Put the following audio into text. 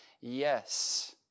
Yes